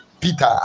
Peter